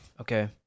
Okay